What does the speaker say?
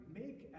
make